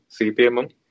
CPM